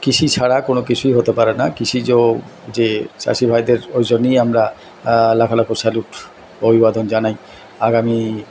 কৃষি ছাড়া কোনো কিছুই হতে পারে না কৃষিজ যে চাষি ভাইদের ওই জন্যই আমরা লাখ লাখ স্যালুট অভিভাদন জানাই আগামী